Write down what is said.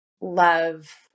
love